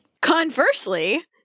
Conversely